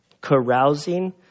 carousing